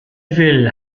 will